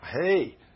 Hey